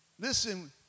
Listen